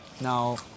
Now